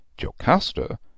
Jocasta